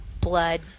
blood